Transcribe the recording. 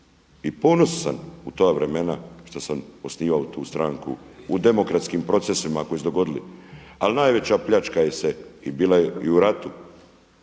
i ponosan sam na ta vremena šta sam osnivao tu stranku u demokratskim procesima koji su se dogodili ali najveća pljačka je bila i u ratu,